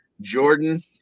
Jordan